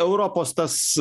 europos tas